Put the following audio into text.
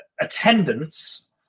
attendance